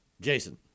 Jason